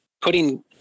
putting